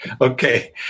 Okay